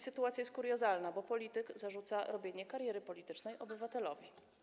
Sytuacja jest kuriozalna, bo polityk zarzuca robienie kariery politycznej obywatelowi.